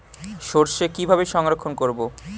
সরষে কিভাবে সংরক্ষণ করব?